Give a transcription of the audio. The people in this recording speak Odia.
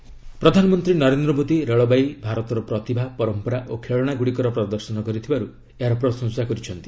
ପିଏମ୍ ରେଲୱେ ପ୍ରଧାନମନ୍ତ୍ରୀ ନରେନ୍ଦ୍ର ମୋଦୀ ରେଳବାଇ ଭାରତର ପ୍ରତିଭା ପରମ୍ପରା ଓ ଖେଳଶାଗୁଡ଼ିକର ପ୍ରଦର୍ଶନ କରିଥିବାରୁ ଏହାର ପ୍ରଶଂସା କରିଛନ୍ତି